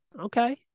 okay